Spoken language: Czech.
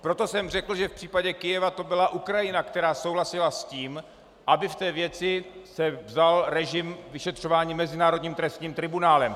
Proto jsem řekl, že v případě Kyjeva to byla Ukrajina, která souhlasila s tím, aby v té věci se vzal režim vyšetřování Mezinárodním trestním tribunálem.